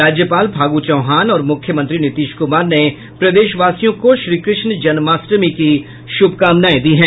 राज्यपाल फागू चौहान और मुख्यमंत्री नीतीश कुमार ने प्रदेशवासियों को श्री कृष्ण जन्माष्टमी की शुभकामनाएं दी हैं